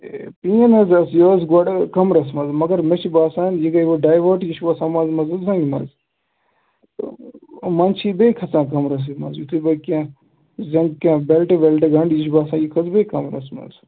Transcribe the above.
ہے پین حظ ٲس یہِ ٲس گۄڈٕ کَمرَس منٛز مگر مےٚ چھُ باسان یہِ گٔے وۄنۍ ڈیوٲٹ یہِ چھِ وسان منٛز منٛزٕ وۄنۍ زَنگہِ منٛز تہٕ منٛزٕ چھِ بیٚیہِ کھَسان کَمرَسٕے منٛز یِتھُے بہٕ کیٚنٛہہ زَنگ کیٚنٛہہ بیلٹ وٮ۪لٹہٕ گَنڈٕ یہِ چھُ باسان یہِ کھٔژ بیٚیہِ کَمرَس منٛز